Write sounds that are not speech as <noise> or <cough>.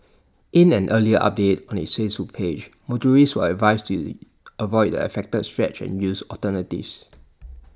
in an earlier update on its <unintelligible> page motorists were advised to avoid the affected stretch and use alternatives